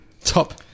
top